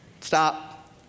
stop